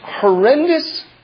horrendous